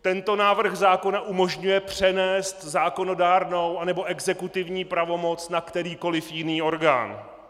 Tento návrh zákona umožňuje přenést zákonodárnou anebo exekutivní pravomoc na kterýkoliv jiný orgán.